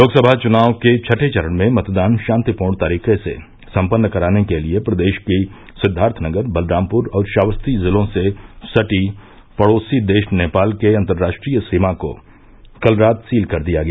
लोकसभा चुनाव के छठें चरण में मतदान शान्तिपूर्ण तरीके से सम्पन्न कराने के लिये प्रदेश की सिद्दार्थनगर बलरामपुर और श्रावस्ती जिलों से सटी पड़ोसी देश नेपाल के अन्तर्राष्ट्रीय सीमा को कल रात सील कर दिया गया